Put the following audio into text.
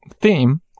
theme